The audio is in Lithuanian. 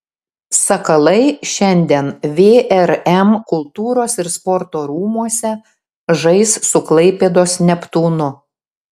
sakalai šiandien vrm kultūros ir sporto rūmuose žais su klaipėdos neptūnu